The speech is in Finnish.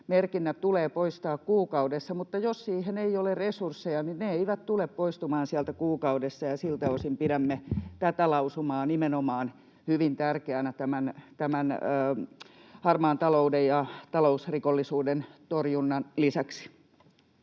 tulee poistaa kuukaudessa, mutta jos siihen ei ole resursseja, niin ne eivät tule poistumaan sieltä kuukaudessa. Ja siltä osin pidämme nimenomaan tätä lausumaa hyvin tärkeänä harmaan talouden ja talousrikollisuuden torjunnan lisäksi.